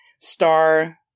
star